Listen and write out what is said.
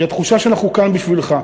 מתן התחושה שאנחנו כאן בשבילך.